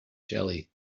jelly